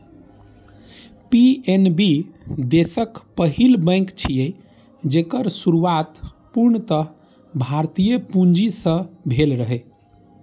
PNB देशक पहिल bank छियै, जेकर शुरुआत पूर्णतः भारतीय पूंजी सं भेल रहै